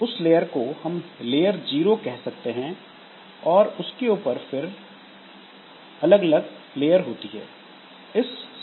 उस लेयर को हम लेयर जीरो कह सकते हैं और उसके ऊपर फिर अलग अलग लेयर होती है